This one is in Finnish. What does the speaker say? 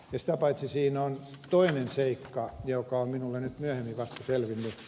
sitä paitsi siinä on toinen seikka joka on minulle nyt myöhemmin vasta selvinnyt